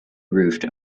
roofed